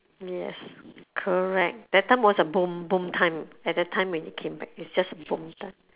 yes correct that time was a boom boom time at that time when you came back it's just a boom time